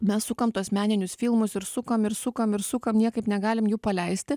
mes sukam tuos meninius filmus ir sukam ir sukam ir sukam niekaip negalim jų paleisti